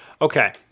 Okay